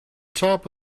top